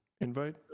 invite